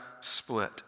split